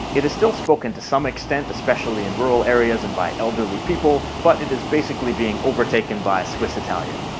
it is still spoken to some extent especially in rural areas and by elderly people but it is basically being overtaken by swiss italian.